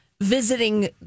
visiting